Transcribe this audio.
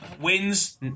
Wins